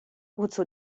wozu